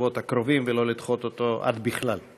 בשבועות הקרובים ולא לדחות אותו "עד בכלל".